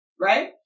right